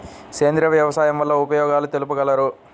సేంద్రియ వ్యవసాయం వల్ల ఉపయోగాలు తెలుపగలరు?